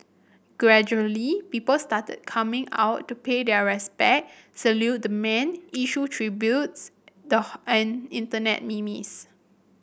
gradually people started coming out to pay their respects salute the man issue tributes the and internet memes